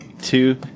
two